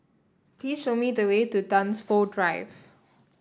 please show me the way to Dunsfold Drive